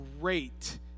great